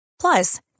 Plus